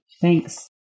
Thanks